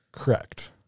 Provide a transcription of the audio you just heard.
correct